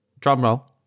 Drumroll